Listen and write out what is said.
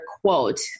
quote